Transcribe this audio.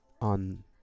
on